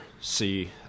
see